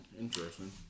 interesting